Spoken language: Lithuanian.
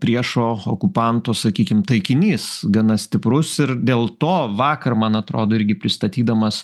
priešo okupanto sakykim taikinys gana stiprus ir dėl to vakar man atrodo irgi pristatydamas